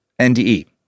NDE